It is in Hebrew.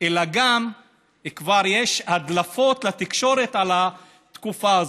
אלא גם כבר יש הדלפות לתקשורת על התקופה הזאת.